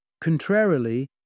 Contrarily